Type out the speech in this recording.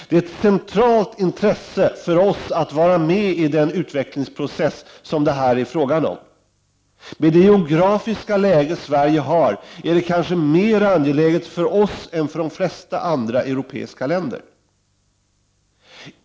Det är ett centralt intresse för oss i Sverige att vara med i den utvecklingsprocess som det här är fråga om. Med det geografiska läge som Sverige har är det kanske mer angeläget för oss än för de flesta andra europeiska länder.